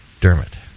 Dermot